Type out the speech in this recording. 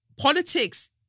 Politics